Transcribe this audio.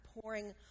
pouring